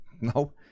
No